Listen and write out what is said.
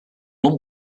blunt